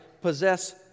possess